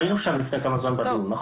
היינו שם לפני כמה זמן בדיון הזה.